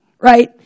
right